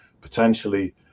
potentially